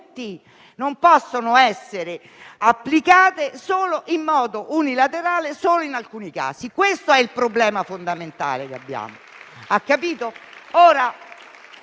Non possono essere applicate in modo unilaterale solo in alcuni casi. Questo è il problema fondamentale che abbiamo, ha capito?